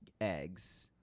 eggs